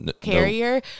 carrier